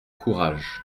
courage